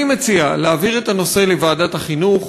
אני מציע להעביר את הנושא לוועדת החינוך,